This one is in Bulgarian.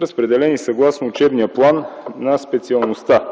разпределени съгласно учебния план на специалността.